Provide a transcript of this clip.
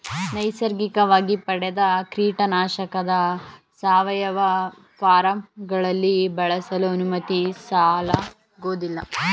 ನೈಸರ್ಗಿಕವಾಗಿ ಪಡೆದ ಕೀಟನಾಶಕನ ಸಾವಯವ ಫಾರ್ಮ್ಗಳಲ್ಲಿ ಬಳಸಲು ಅನುಮತಿಸಲಾಗೋದಿಲ್ಲ